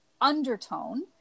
undertone